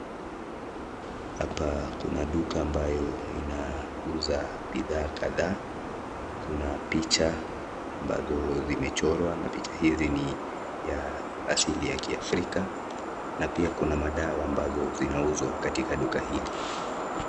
Hapa kuna duka ambayo inauza bidhaa kadhaa, kuna picha ambazo zimechorwa na picha hizi ni ya asili ya kiafrika na pia kuna madawa ambazo zinauzwa katika duka hili.